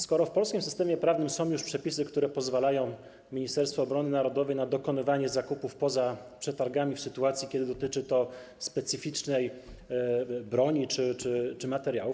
Skoro w polskim systemie prawnym są już przepisy, które pozwalają Ministerstwu Obrony Narodowej na dokonywanie zakupów poza przetargami w sytuacji, kiedy dotyczy to specyficznej broni czy materiałów.